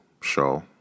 show